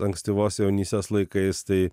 ankstyvos jaunystės laikais tai